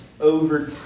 over